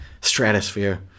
stratosphere